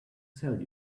sell